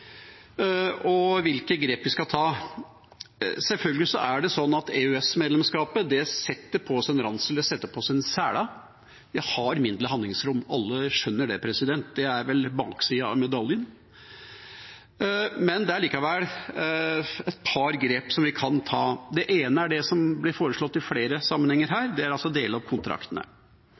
og hvilke grep vi skal ta. Sjølsagt er det sånn at EØS-medlemskapet setter på oss en ransel, det setter på oss en sele. Vi har mindre handlingsrom. Alle skjønner det. Det er vel baksida av medaljen. Det er likevel et par grep vi kan ta. Det ene er det som blir foreslått i flere sammenhenger, det å dele opp kontraktene. Det